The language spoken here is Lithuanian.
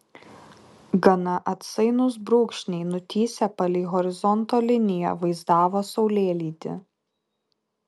gana atsainūs brūkšniai nutįsę palei horizonto liniją vaizdavo saulėlydį